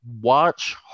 watch